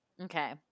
okay